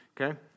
okay